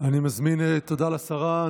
תודה לשרה.